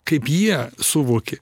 kaip jie suvokė